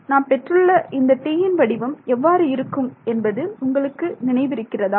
நாம் பெற்றுள்ள இந்த T யின் வடிவம் எவ்வாறு இருக்கும் என்பது உங்களுக்கு நினைவிருக்கிறதா